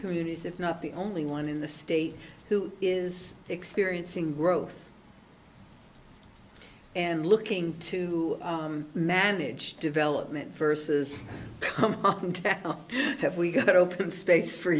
communities if not the only one in the state who is experiencing growth and looking to manage development versus have we got open space for